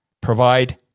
provide